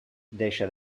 deixa